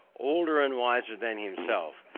older and wiser than himself,